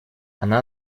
она